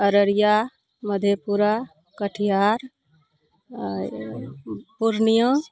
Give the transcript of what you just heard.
Araria Madhepura Katihar Purnia